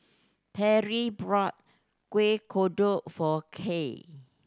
Terri bought Kueh Kodok for Kaye